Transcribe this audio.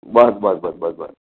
બસ બસ બસ બસ બસ